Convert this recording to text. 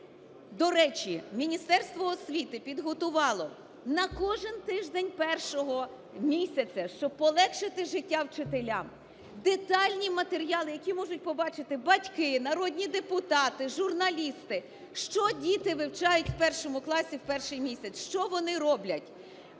До речі, Міністерство освіти підготувало на кожен тиждень першого місяця, щоб полегшити життя вчителям, детальні матеріали, які можуть побачити батьки, народні депутати, журналісти, що діти вивчають в 1-му класі в перший місяць, що вони роблять.